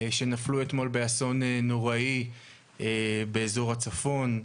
שנפלו אתמול באסון נוראי באזור הצפון.